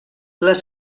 les